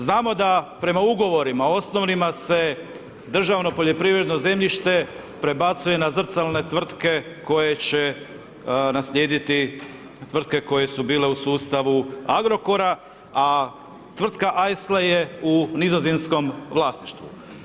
Znamo da prema ugovorima osnovnima se državno poljoprivredno zemljište prebacuje na zrcalne tvrtke koje će naslijediti tvrtke koje su bile u sustavu Agrokora, a tvrtka Aisle je u nizozemskom vlasništvu.